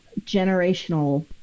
generational